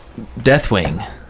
Deathwing